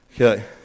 Okay